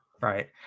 Right